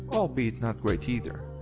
albeit not great either.